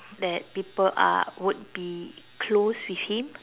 that people are would be close with him